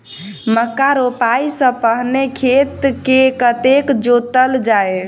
मक्का रोपाइ सँ पहिने खेत केँ कतेक जोतल जाए?